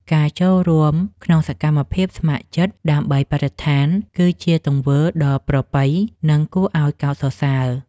ការចូលរួមក្នុងសកម្មភាពស្ម័គ្រចិត្តដើម្បីបរិស្ថាន គឺជាទង្វើដ៏ប្រពៃ និងគួរឱ្យកោតសរសើរ។